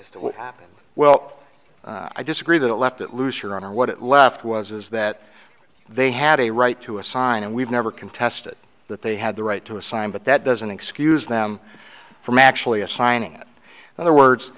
as to what happened well i disagree that left it loose your honor what it left was is that they had a right to assign and we've never contested that they had the right to assign but that doesn't excuse them from actually assigning other words